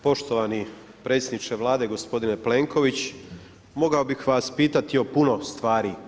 Poštovani predsjedniče Vlade, gospodine Plenković, mogao bih vas pitati o puno stvari.